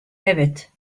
evet